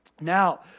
Now